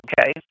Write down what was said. okay